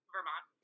Vermont